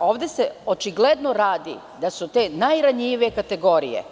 Ovde se očigledno radi o tome da su te najranjivije kategorije,